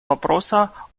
вопроса